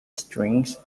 strings